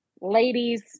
ladies